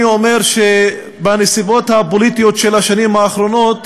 אומר שבנסיבות הפוליטיות של השנים האחרונות